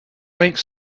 make